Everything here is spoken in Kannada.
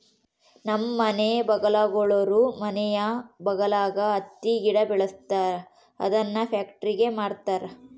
ನಮ್ಮ ಮನೆ ಬಗಲಾಗುಳೋರು ಮನೆ ಬಗಲಾಗ ಹತ್ತಿ ಗಿಡ ಬೆಳುಸ್ತದರ ಅದುನ್ನ ಪ್ಯಾಕ್ಟರಿಗೆ ಮಾರ್ತಾರ